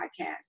podcast